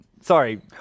Sorry